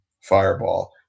fireball